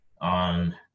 on